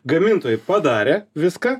gamintojai padarė viską